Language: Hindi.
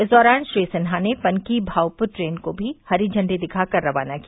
इस दौरान श्री सिन्हा ने पनकी भाऊपुर ट्रेन को भी हरी झण्डी दिखाकर रवाना किया